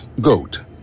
GOAT